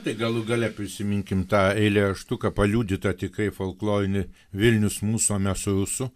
tai galų gale prisiminkim tą eilėraštuką paliudytą tikrai folklorinį vilnius mūsų o mes rusų